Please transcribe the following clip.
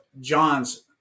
John's